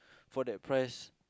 for that price